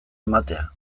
ematea